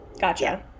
gotcha